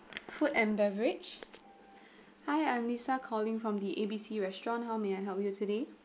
food and beverage hi I'm lisa calling from the A B C restaurant how may I help you today